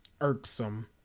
irksome